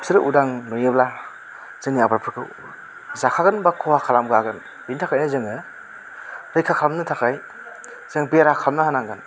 बिसोरो उदां नुयोब्ला जोंनि आबादफोरखौ जाखागोन बा खहा खालामखागोन बिनि थाखायनो जोङो रैखा खानलामनो थाखाय जों बेरा खालामना होनांगोन